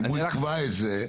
אם הוא יקבע את זה,